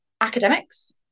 academics